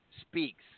speaks